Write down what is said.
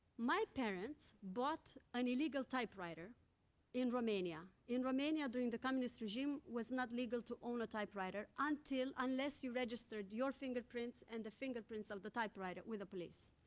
my parents bought an illegal typewriter in romania. in romania, during the communist regime, it was not legal to own a typewriter until unless you registered your fingerprints and the fingerprints of the typewriter with the police,